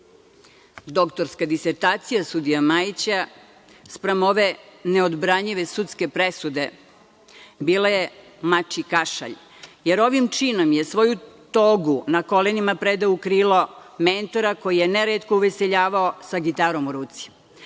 Doktorska disertacija sudije Majića, spram ove neodbranjive sudske presude, bila je mačiji kašalj. Ovim činom je svoju togu na kolenima predao u krilo mentora koji je neretko uveseljavao sa gitarom u ruci.